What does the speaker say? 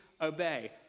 obey